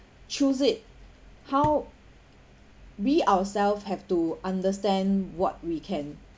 choose it how we ourselves have to understand what we can